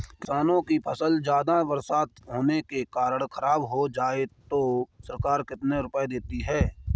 किसानों की फसल ज्यादा बरसात होने के कारण खराब हो जाए तो सरकार कितने रुपये देती है?